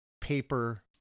paper